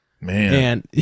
man